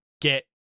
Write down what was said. get